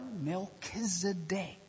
Melchizedek